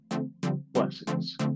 blessings